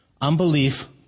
Unbelief